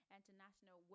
International